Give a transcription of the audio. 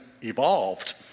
evolved